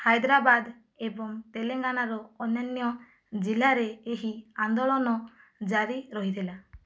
ହାଇଦ୍ରାବାଦ ଏବଂ ତେଲେଙ୍ଗାନାର ଅନ୍ୟାନ୍ୟ ଜିଲ୍ଲାରେ ଏହି ଆନ୍ଦୋଳନ ଜାରି ରହିଥିଲା